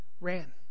ran